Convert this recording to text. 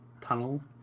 tunnel